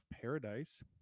paradise